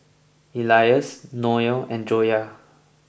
Elyas Noh and Joyah